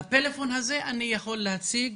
בפלאפון הזה אני יכול להציג.